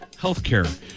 Healthcare